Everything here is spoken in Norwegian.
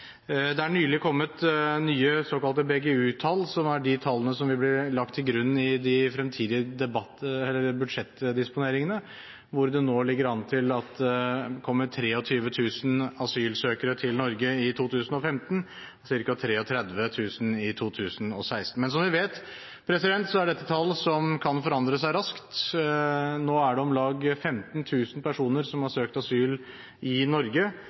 Det er nylig kommet nye såkalte BGU-tall, som er de tallene som vil bli lagt til grunn i de fremtidige budsjettdisponeringene, hvor det nå ligger an til at det kommer 23 000 asylsøkere til Norge i 2015 og ca. 33 000 i 2016. Men som vi vet, er dette tall som kan forandre seg raskt. Nå er det om lag 15 000 personer som har søkt asyl i Norge,